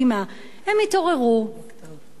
הם התעוררו בבוקר,